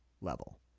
Level